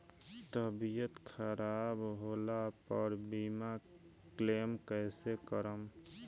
तबियत खराब होला पर बीमा क्लेम कैसे करम?